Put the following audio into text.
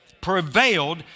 Prevailed